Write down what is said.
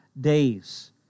days